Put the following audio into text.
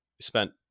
spent